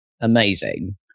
amazing